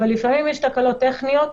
אבל לפעמים יש תקלות טכניות,